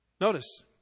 Notice